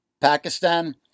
Pakistan